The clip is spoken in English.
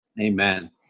Amen